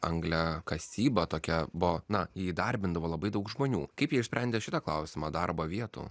angliakasyba tokia buvo na ji įdarbindavo labai daug žmonių kaip jie išsprendė šitą klausimą darbo vietų